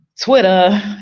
Twitter